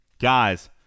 Guys